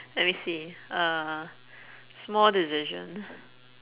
let me see uh small decision